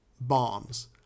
bombs